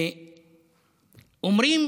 אומרים